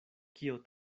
kio